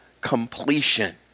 completion